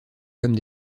comme